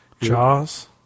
Jaws